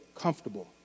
comfortable